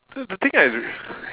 no the thing I r~